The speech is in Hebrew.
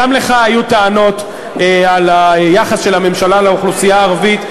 גם לך היו טענות על היחס של הממשלה לאוכלוסייה הערבית.